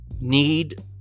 need